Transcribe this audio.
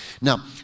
Now